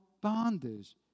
bondage